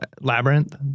labyrinth